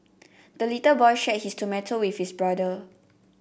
the little boy shared his tomato with his brother